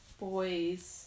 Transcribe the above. boys